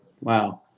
Wow